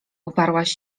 uparłaś